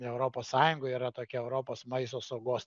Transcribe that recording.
europos sąjungoj yra tokia europos maisto saugos